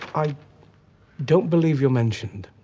i don't believe you're mentioned.